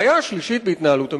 הבעיה השלישית בהתנהלות המשטרה,